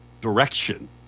direction